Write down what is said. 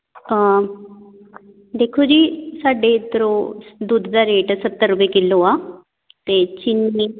ਦੇਖੋ ਜੀ ਸਾਡੇ ਇੱਧਰੋਂ ਦੁੱਧ ਦਾ ਰੇਟ ਸੱਤਰ ਰੁਪਏ ਕਿਲੋ ਆ ਅਤੇ ਚੀਨੀ